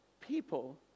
people